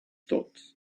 thoughts